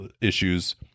issues